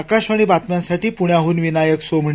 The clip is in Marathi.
आकाशवाणी बातम्यांसाठी प्ण्याहून विनायक सोमणी